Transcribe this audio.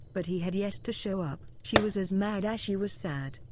but he had yet to show up. she was as mad as she was sad,